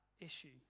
issue